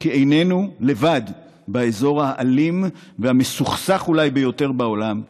כי איננו לבד באזור האלים והמסוכסך ביותר בעולם,